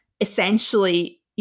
essentially